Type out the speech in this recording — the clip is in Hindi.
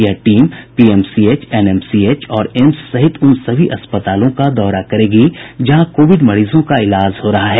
यह टीम पीएमसीएच एनएमसीएच और एम्स सहित उन सभी अस्पतालों का दौरा करेगी जहां कोविड मरीजों का इलाज हो रहा है